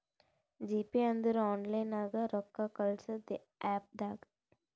GPay ಅಂದುರ್ online ನಾಗ್ ರೊಕ್ಕಾ ಕಳ್ಸದ್ ಆ್ಯಪ್ ಅದಾ